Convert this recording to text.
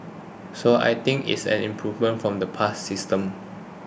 so I think it is an improvement from the past system